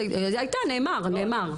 נאמר.